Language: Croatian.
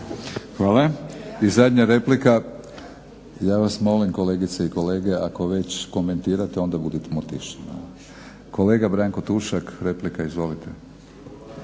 se ne razumije./ … Ja vas molim kolegice i kolege, ako već komentirate onda budimo tiši. Kolega Zlatko Tušak, replika izvolite.